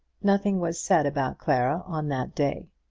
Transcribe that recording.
nothing was said about clara on that day.